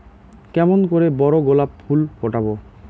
কেমন করে বড় গোলাপ ফুল ফোটাব?